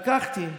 לקחתי,